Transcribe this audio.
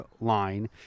line